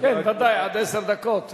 כן, ודאי, עד עשר דקות.